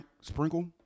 sprinkle